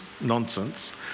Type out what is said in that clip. nonsense